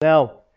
Now